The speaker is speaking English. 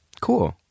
Cool